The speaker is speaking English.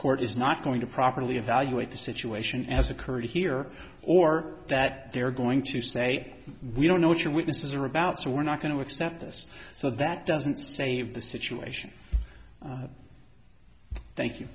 court is not going to properly evaluate the situation as occurred here or that they're going to say we don't know what your witnesses are about so we're not going to accept this so that doesn't save the situation thank you